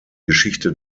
geschichte